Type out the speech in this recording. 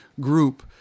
group